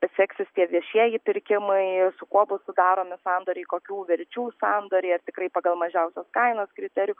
seksis tie viešieji pirkimai su kuo bus sudaromi sandoriai kokių verčių sandoriai ar tikrai pagal mažiausios kainos kriterijų